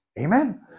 Amen